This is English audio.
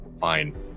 Fine